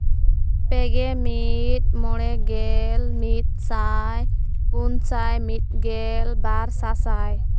ᱯᱮᱜᱮᱞ ᱢᱤᱫ ᱢᱚᱬᱮ ᱜᱮᱞ ᱢᱤᱫ ᱥᱟᱭ ᱯᱩᱱ ᱥᱟᱭ ᱢᱤᱫ ᱜᱮᱞ ᱵᱟᱨ ᱥᱟᱥᱟᱭ